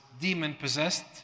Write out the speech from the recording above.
demon-possessed